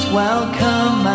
welcome